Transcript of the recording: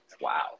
Wow